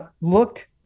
looked